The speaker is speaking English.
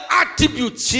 attributes